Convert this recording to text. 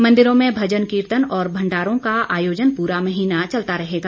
मंदिरों में भजन कीर्तन और भंडारों का आयोजन पूरा महीना चलता रहेगा